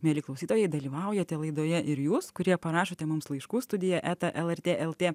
mieli klausytojai dalyvaujate laidoje ir jūs kurie parašote mums laiškų studija eta lrt lt